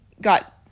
got